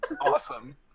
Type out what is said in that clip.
awesome